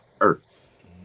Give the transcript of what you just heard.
Earth